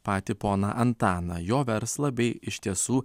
patį poną antaną jo verslą bei iš tiesų